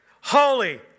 holy